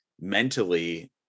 mentally